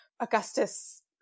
Augustus